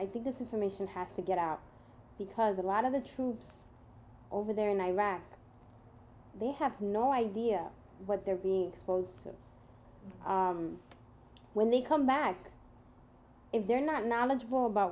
i think this information has to get out because a lot of the troops over there in iraq they have no idea what they're being was so when they come back if they're not knowledgeable about